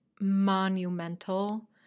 monumental